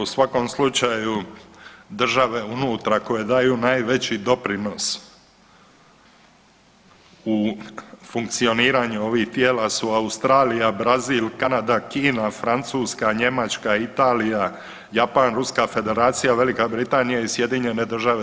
Pa u svakom slučaju države unutra koje daju najveći doprinos u funkcioniraju ovih tijela su Australija, Brazil, Kanada, Kina, Francuska, Njemačka, Italija, Japan, Ruska Federacija, Velika Britanija i SAD.